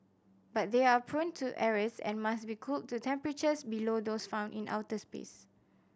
but they are prone to errors and must be cooled to temperatures below those found in outer space